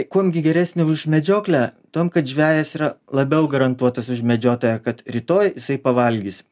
kuom gi geresnė už medžioklę tuom kad žvejas yra labiau garantuotas už medžiotoją kad rytoj jisai pavalgys